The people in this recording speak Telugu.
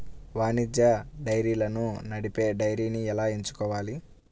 వాణిజ్య డైరీలను నడిపే డైరీని ఎలా ఎంచుకోవాలి?